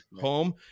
home